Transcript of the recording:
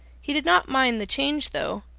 he did not mind the change though,